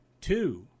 two